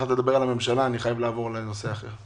התחלת לדבר על הממשלה אז אני חייב לעבור לנושא אחר.